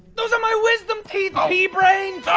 those are my wisdom teeth pea brain.